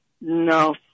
No